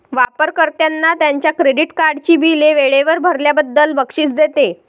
वापर कर्त्यांना त्यांच्या क्रेडिट कार्डची बिले वेळेवर भरल्याबद्दल बक्षीस देते